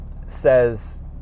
says